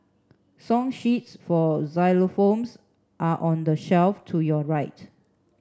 song sheets for xylophones are on the shelf to your right